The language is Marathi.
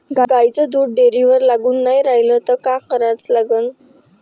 गाईचं दूध डेअरीवर लागून नाई रायलं त का कराच पायजे?